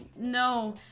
no